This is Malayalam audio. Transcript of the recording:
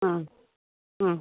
ആ ആ